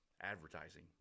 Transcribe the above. Advertising